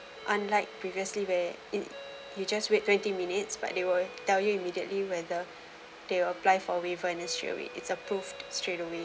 unlike previously where it you just wait twenty minutes but they will tell you immediately whether they apply for waiver in this straight away it's approved straight away